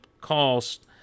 cost